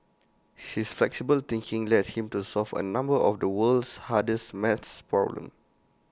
she is flexible thinking led him to solve A number of the world's hardest math problems